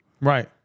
right